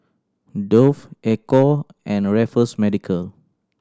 Dove Ecco and Raffles Medical